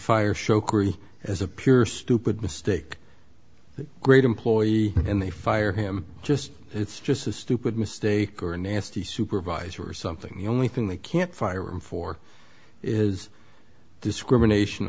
fire shokri as a pure stupid mistake great employee and they fire him just it's just a stupid mistake or a nasty supervisor or something the only thing they can't fire him for is discrimination